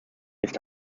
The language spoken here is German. ist